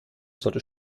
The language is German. sollte